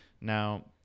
Now